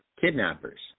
kidnappers